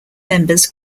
members